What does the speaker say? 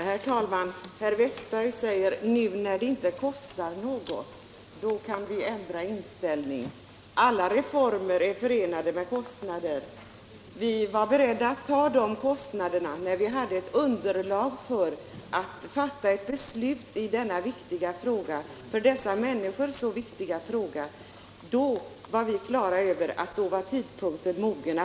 Herr talman! Herr Wästberg i Stockholm säger att nu när det inte kostar något kan vi ändra inställning. Alla reformer är förenade med kostnader. Vi var beredda att ta de kostnaderna när vi hade ett underlag för ett beslut i denna för dessa människor så viktiga fråga. Då var vi på det klara med att tidpunkten var mogen.